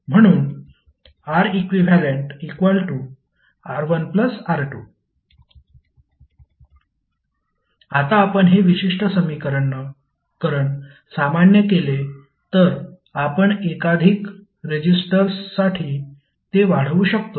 म्हणून ReqR1R2 आता आपण हे विशिष्ट समीकरण सामान्य केले तर आपण एकाधिक रेजिस्टर्ससाठी ते वाढवू शकतो